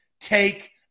take